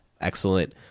excellent